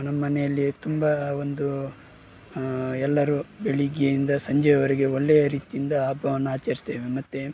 ನಮ್ಮನೆಯಲ್ಲಿ ತುಂಬ ಒಂದು ಎಲ್ಲರೂ ಬೆಳಗ್ಗೆಯಿಂದ ಸಂಜೆಯವರೆಗೆ ಒಳ್ಳೆಯ ರೀತಿಯಿಂದ ಹಬ್ಬವನ್ನು ಆಚರಿಸ್ತೇವೆ ಮತ್ತೆ